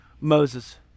Moses